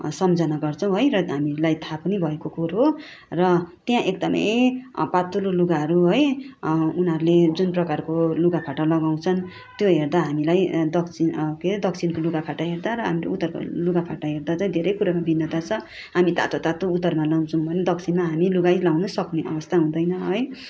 सम्झाना गर्छौँ है र हामीलाई थाहा पनि भएको कुरो र त्यहाँ एकदमै पातलो लुगाहरू है उनीहरूले जुन प्रकारको लुगा फाटा लगाउँछन् त्यो हेर्दा हामीलाई दक्षिण के अरे दक्षिणको लुगा फाटा हेर्दा र हाम्रो उत्तरको लुगा फाटा हेर्दा चाहिँ धेरै कुरामा भिन्नता छ हामी तातो तातो उत्तरमा लगाउँछौँ भने दक्षिणमा हामी लुगै लाउन सक्ने अवस्था हुँदैन है